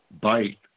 bite